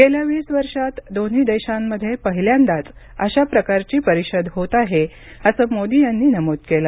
गेल्या वीस वर्षांत दोन्ही देशांमध्ये पहिल्यांदाच अशा प्रकारची परिषद होत आहे असं मोदी यांनी नमूद केलं